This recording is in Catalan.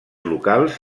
locals